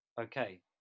okay